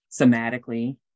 somatically